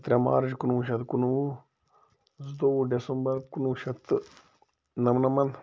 ترٛےٚ مارٕچ کُنہٕ وُہ شَتھ کُنہٕ وُہ زٕتووُہ ڈٮ۪سَمبَر کُنہٕ وُہ شَتھ تہٕ نَمنَمَتھ